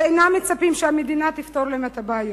ואינם מצפים שהמדינה תפתור להם את הבעיות.